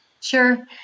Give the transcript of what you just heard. Sure